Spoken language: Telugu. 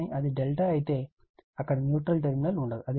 కానీ అది ∆ అయితే అక్కడ న్యూట్రల్ టర్మినల్ ఉండదు